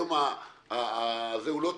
והיום זה לא תקני,